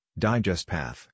DigestPath